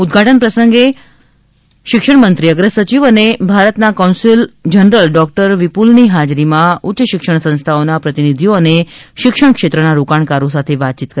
ઉદ્વાટન પ્રસંગ બાદ શિક્ષણ મંત્રીએ અગ્ર સચિવ અને ભારતના કોન્સ્યુલ જનરલ ડો વિપુલની હાજરીમાં ઉચ્ચ શિક્ષણ સંસ્થાઓના પ્રતિનિધિઓ અને શિક્ષણ ક્ષેત્રના રોકાણકારો સાથે વાતચીત કરી હતી